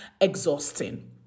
exhausting